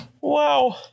Wow